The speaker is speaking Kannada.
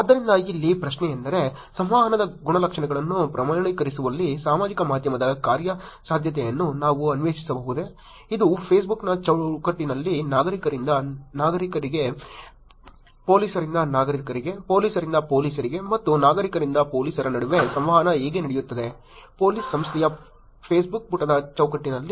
ಆದ್ದರಿಂದ ಇಲ್ಲಿ ಪ್ರಶ್ನೆಯೆಂದರೆ ಸಂವಹನದ ಗುಣಲಕ್ಷಣಗಳನ್ನು ಪ್ರಮಾಣೀಕರಿಸುವಲ್ಲಿ ಸಾಮಾಜಿಕ ಮಾಧ್ಯಮದ ಕಾರ್ಯಸಾಧ್ಯತೆಯನ್ನು ನಾವು ಅನ್ವೇಷಿಸಬಹುದೇ ಇದು ಫೇಸ್ಬುಕ್ನ ಚೌಕಟ್ಟಿನಲ್ಲಿ ನಾಗರಿಕರಿಂದ ನಾಗರಿಕರಿಗೆ ಪೊಲೀಸರಿಂದ ನಾಗರಿಕರಿಗೆ ಪೊಲೀಸರಿಂದ ಪೊಲೀಸರಿಗೆ ಮತ್ತು ನಾಗರಿಕರಿಂದ ಪೊಲೀಸರ ನಡುವೆ ಸಂವಹನ ಹೇಗೆ ನಡೆಯುತ್ತದೆ ಪೊಲೀಸ್ ಸಂಸ್ಥೆಯ ಫೇಸ್ಬುಕ್ ಪುಟದ ಚೌಕಟ್ಟಿನಲ್ಲಿ